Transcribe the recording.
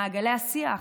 במעגלי השיח,